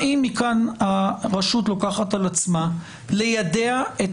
האם מכאן הרשות לוקחת על עצמה ליידע את